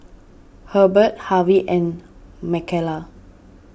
Herbert Harvy and Marcela